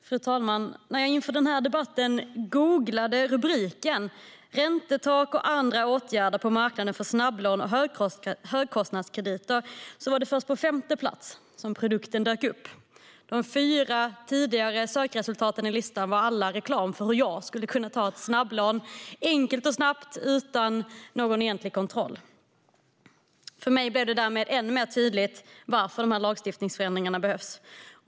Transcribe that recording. Fru talman! När jag inför den här debatten googlade betänkandets rubrik, Räntetak och andra åtgärder på marknaden för snabblån och andra högkostnadskrediter , var det först på femte plats som produkten dök upp. De fyra tidigare sökresultaten i listan var alla reklam för hur jag skulle kunna ta ett snabblån enkelt och snabbt utan någon egentlig kontroll. För mig blev det därmed än mer tydligt varför dessa lagstiftningsförändringar behövs.